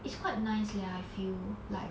it's quite nice leh I feel like